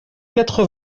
quatre